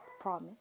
promise